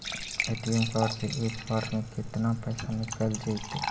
ATM card से एक बार में केतना पैसा निकल जइतै?